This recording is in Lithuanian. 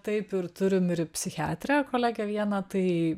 taip ir turim ir psichiatrę kolegę vieną tai